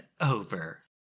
over